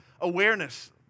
awareness